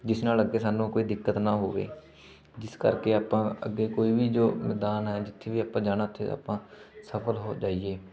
ਜਿਸ ਨਾਲ ਅੱਗੇ ਸਾਨੂੰ ਕੋਈ ਦਿੱਕਤ ਨਾ ਹੋਵੇ ਜਿਸ ਕਰਕੇ ਆਪਾਂ ਅੱਗੇ ਕੋਈ ਵੀ ਜੋ ਮੈਦਾਨ ਹੈ ਜਿੱਥੇ ਵੀ ਆਪਾਂ ਜਾਣਾ ਉੱਥੇ ਆਪਾਂ ਸਫਲ ਹੋ ਜਾਈਏ